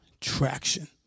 traction